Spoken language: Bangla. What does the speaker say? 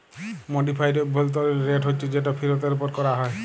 মডিফাইড অভ্যলতরিল রেট হছে যেট ফিরতের উপর ক্যরা হ্যয়